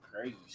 Crazy